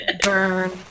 burn